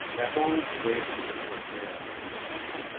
that whole race of people are banned from this country.